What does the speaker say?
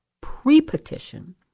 pre-petition